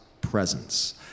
presence